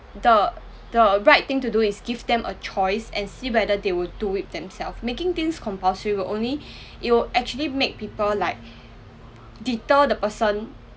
the the right thing to do is give them a choice and see whether they would do it themself making things compulsory would only it will actually make people like deter the person